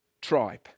tribe